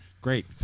Great